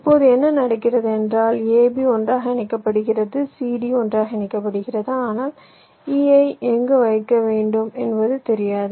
இப்போது என்ன நடக்கிறது என்றால் a b ஒன்றாக இணைக்கப்படுகிறது c d ஒன்றாக இணைக்கப்படுகிறது ஆனால் e ஐ எங்கு வைக்க வேண்டும் என்பது தெரியாது